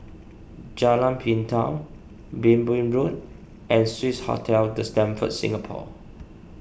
Jalan Pintau Minbu Road and Swissotel the Stamford Singapore